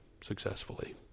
successfully